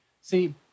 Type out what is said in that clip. See